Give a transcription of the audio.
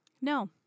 No